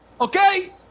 Okay